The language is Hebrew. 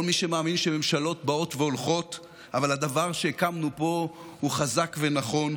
כל מי שמאמין שממשלות באות והולכות אבל הדבר שהקמנו פה הוא חזק ונכון,